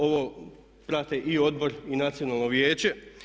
Ovo prate i odbor i Nacionalno vijeće.